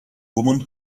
woman